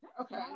Okay